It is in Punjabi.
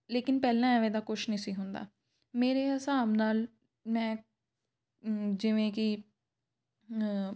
ਲੇਕਿਨ ਪਹਿਲਾਂ ਐਵੇਂ ਦਾ ਕੁਛ ਨਹੀਂ ਸੀ ਹੁੰਦਾ ਮੇਰੇ ਹਿਸਾਬ ਨਾਲ ਮੈਂ ਜਿਵੇਂ ਕਿ